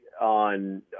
on